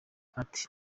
ati